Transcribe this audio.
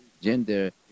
gender